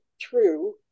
true